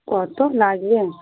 কত লাগবে